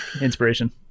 inspiration